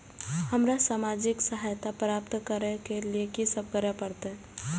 हमरा सामाजिक सहायता प्राप्त करय के लिए की सब करे परतै?